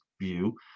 view